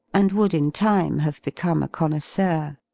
and would in time have become a connoisseur.